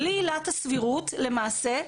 בלי עילת הסבירות למעשה,